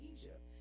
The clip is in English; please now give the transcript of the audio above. Egypt